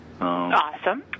Awesome